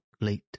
late